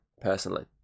personally